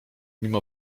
mimo